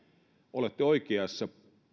olette oikeassa